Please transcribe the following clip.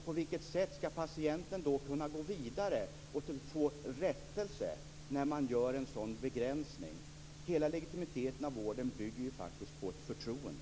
På vilket sätt skall patienten kunna gå vidare och få rättelse när man gör en sådan begränsning? Hela legitimiteten av vården bygger ju på ett förtroende.